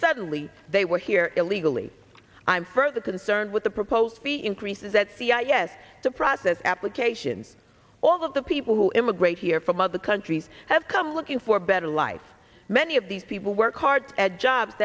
suddenly they were here illegally i'm further concerned with the proposed fee increases at c r yes to process applications all of the people who immigrate here from other countries have come looking for a better life many of these people work hard at jobs